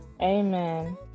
Amen